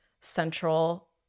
central